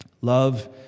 Love